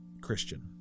Christian